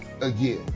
again